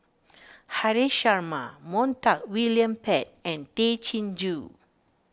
Haresh Sharma Montague William Pett and Tay Chin Joo